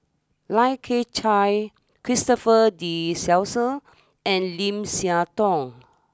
Lai Kew Chai Christopher De Souza and Lim Siah Tong